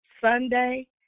Sunday